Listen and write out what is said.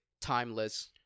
Timeless